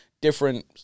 different